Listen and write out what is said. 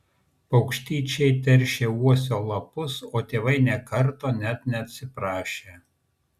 paukštyčiai teršė uosio lapus o tėvai nė karto net neatsiprašė